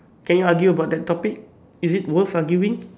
can you argue about that topic is it worth arguing